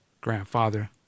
grandfather